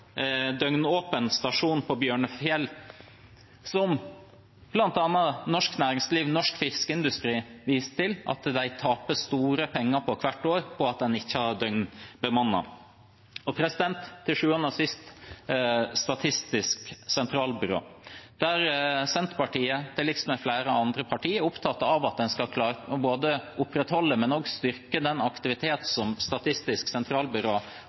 døgnåpen stasjon på Bjørnfjell. Blant annet norsk næringsliv ved fiskeindustrien viser til at en taper store penger på at den ikke er døgnbemannet. Til sjuende og sist Statistisk sentralbyrå: Senterpartiet, i likhet med flere andre partier, er opptatt av at en skal både opprettholde og styrke den aktiviteten som Statistisk sentralbyrå